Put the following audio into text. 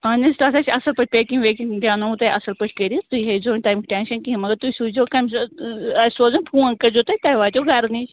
اَہن حظ تَتھ حظ چھِ اصٕل پٲٹھۍ پیٚکِنٛگ ویٚکِنٛگ دیٛاناوو تۄہہِ اصٕل پٲٹھۍ کٔرِتھ تُہۍ ہیٚزیو نہٕ تَمیُک ٹٮ۪نٛشن کِہیٖنۍ مگر تُہۍ سوٗزیو کَمہِ آسہِ سوزُن فون کٔرۍزیو تُہۍ تۄہہِ واتیو گرٕ نِش